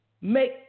Make